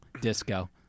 disco